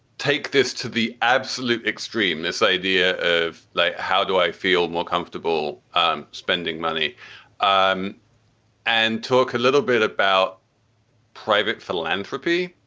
take this to the absolute extreme. this idea of like, how do i feel more comfortable um spending money um and and took a little bit about private philanthropy?